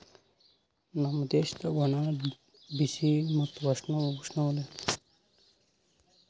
ನಮ್ ದೇಶದಾಗ್ ಒಣ, ಬಿಸಿ ಮತ್ತ ಉಷ್ಣವಲಯದ ಜಾಗದಾಗ್ ಬ್ಯಾರೆ ಮಣ್ಣ ಮತ್ತ ಹವಾಮಾನದಾಗ್ ಬ್ಯಾರೆ ರೀತಿದು ಅಂಗೂರ್ ಸಿಗ್ತವ್